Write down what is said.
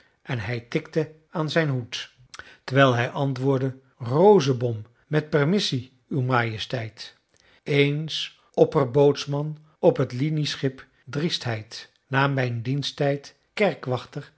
en hij tikte aan zijn hoed terwijl hij antwoordde rosenbom met permissie uwe majesteit eens opperbootsman op t linieschip driestheid na mijn diensttijd